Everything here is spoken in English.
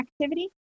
activity